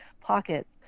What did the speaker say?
pockets